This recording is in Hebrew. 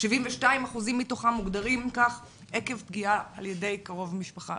72% מתוכם מוגדרים כך עקב פגיעה על ידי קרוב משפחה,